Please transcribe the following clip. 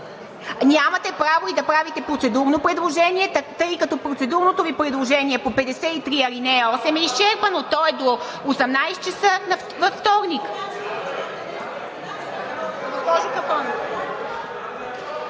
Нямате право да правите и процедурно предложение, тъй като процедурното Ви предложение по чл. 53, ал. 8 е изчерпано. То е до 18,00 ч. във вторник.